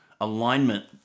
alignment